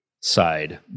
side